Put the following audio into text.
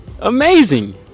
amazing